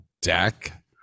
deck